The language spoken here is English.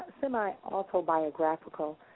semi-autobiographical